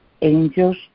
Angels